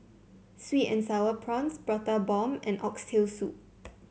sweet and sour prawns Prata Bomb and Oxtail Soup